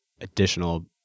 additional